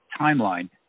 timeline